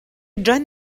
جان